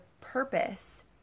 purpose